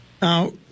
Now